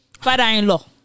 Father-in-law